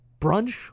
brunch